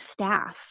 staff